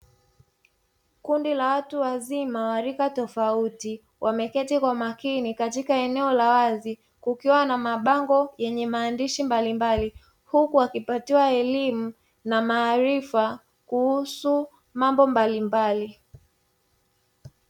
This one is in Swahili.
Kundi la watu wazima wa rika tofauti wameketi kwa makini katika eneo la wazi kukiwa na mabango yenye maandishi mbalimbali, huku wakipatiwa elimu na maarifa kuhusu mambo mbalimbali.